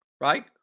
Right